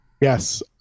yes